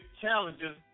challenges